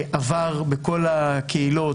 עבר בכל הקהילות,